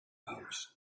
hours